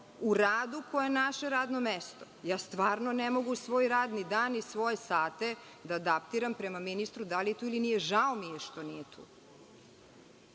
u radu koje naše radno mesto, stvarno ne mogu svoj radni dan i svoje sate da adaptiram prema ministru da li je tu ili nije, žao mi je što nije tu.